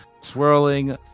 Swirling